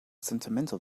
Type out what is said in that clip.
sentimental